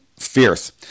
fierce